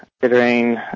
considering